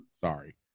Sorry